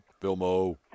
Filmo